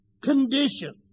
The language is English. condition